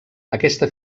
aquesta